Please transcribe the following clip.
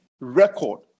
record